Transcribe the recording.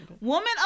woman